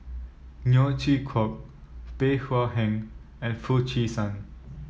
Neo Chwee Kok Bey Hua Heng and Foo Chee San